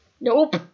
Nope